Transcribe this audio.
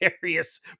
various